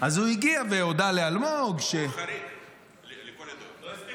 אז הוא הגיע והודה לאלמוג -- ביקור חריג לכל הדעות.